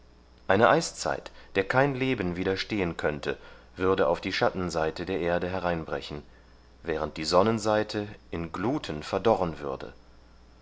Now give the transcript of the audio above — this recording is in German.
eine eiszeit der kein leben widerstehen könnte würde auf die schattenseite der erde hereinbrechen während die sonnenseite in gluten verdorren würde